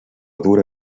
dura